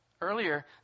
earlier